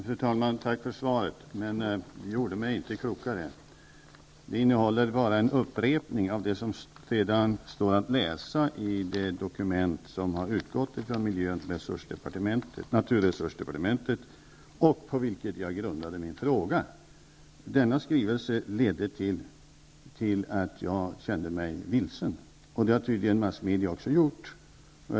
Fru talman! Tack för svaret, men det gjorde mig inte klokare. Det innehåller bara en upprepning av det som redan står att läsa i det dokument som utgått från miljö och naturresursdepartementet och på vilket jag grundade min fråga. Denna skrivelse ledde till att jag kände mig vilsen. Så har tydligen massmedia också känt det.